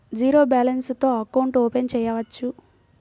Zero balance తో account open చేయవచ్చు?